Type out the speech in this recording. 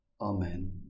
Amen